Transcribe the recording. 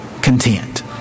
content